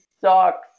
sucks